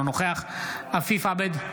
אינו נוכח עפיף עבד,